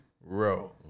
row